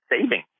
saving